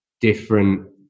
different